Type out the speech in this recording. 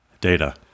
Data